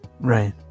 right